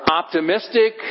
optimistic